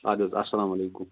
اَدٕ حظ السلام علیکُم